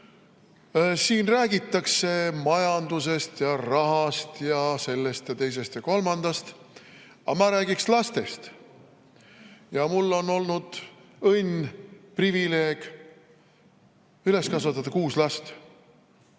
Siin räägitakse majandusest ja rahast ja sellest ja teisest ja kolmandast. Aga ma räägiks lastest. Mul on olnud õnn, privileeg üles kasvatada kuus last.